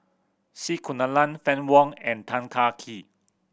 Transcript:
C Kunalan Fann Wong and Tan Kah Kee